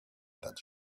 that